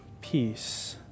peace